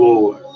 Lord